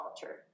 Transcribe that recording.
culture